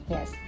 Yes